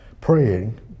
praying